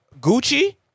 Gucci –